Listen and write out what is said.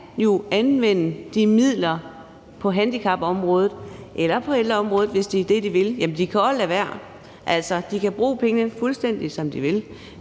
jo anvende de midler på handicapområdet eller på ældreområdet, hvis det er det, de vil – men de kan også lade være. Altså, de kan bruge pengene fuldstændig, som de vil,